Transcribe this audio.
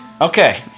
Okay